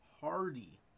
Hardy